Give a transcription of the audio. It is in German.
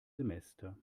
semester